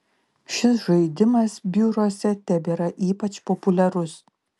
šis žaidimas biuruose tebėra ypač populiarus